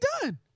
done